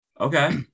Okay